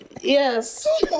yes